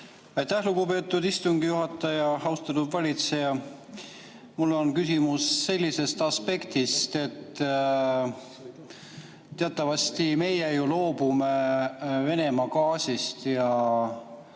lugupeetud istungi juhataja! Austatud valitseja! Mul on küsimus sellisest aspektist, et teatavasti meie loobume Venemaa gaasist ja